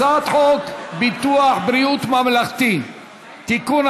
הצעת חוק ביטוח בריאות ממלכתי (תיקון,